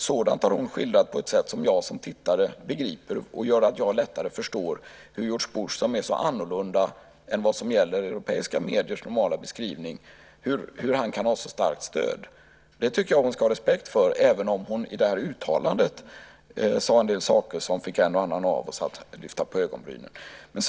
Sådant har hon skildrat på ett sätt som jag som tittare begriper och som gör att jag lättare förstår hur George Bush som är så annorlunda än vad som gäller i europeiska mediers normala beskrivning kan ha så starkt stöd. Det tycker jag hon ska ha respekt för även om hon i uttalandet sade en del saker som fick en och annan av oss att lyfta på ögonbrynen.